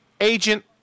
agent